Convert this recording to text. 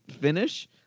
finish